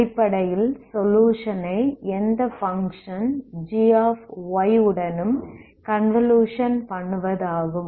அடிப்படையில் சொலுயுஷன் ஐ எந்த பங்க்ஷன் g உடனும் கன்வல்யூஷன் பண்ணுவதாகும்